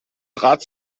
trat